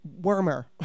warmer